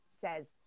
says